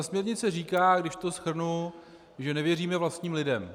Směrnice říká, když to shrnu, že nevěříme vlastním lidem.